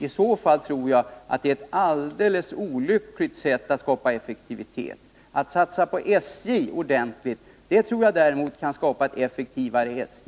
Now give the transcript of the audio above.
Det är i så fall ett helt olyckligt sätt att skapa effektivitet på. Att satsa ordentligt på SJ tror jag däremot kan skapa ett effektivare SJ.